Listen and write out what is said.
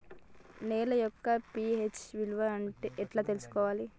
నేల యొక్క పి.హెచ్ విలువ ఎట్లా తెలుసుకోవాలి?